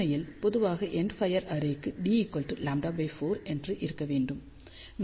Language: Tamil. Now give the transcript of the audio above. உண்மையில் பொதுவாக எண்ட் ஃபியர் அரே க்கு d λ 4 என்று இருக்க வேண்டும்